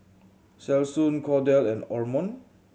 Selsun Kordel and Omron